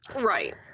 right